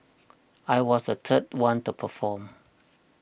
I was the third one to perform